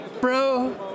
bro